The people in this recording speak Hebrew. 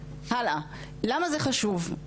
למה זה חשוב,